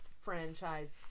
franchise